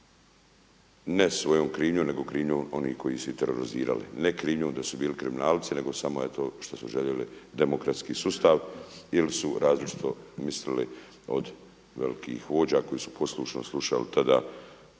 ne svojom krivnjom nego krivnjom onih koji su ih terorizirali, ne krivnjom da su bili kriminalci, nego samo eto što su željeli demokratski sustav ili su različito mislili od velikih vođa koji su poslušno slušali tada